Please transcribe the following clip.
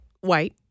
white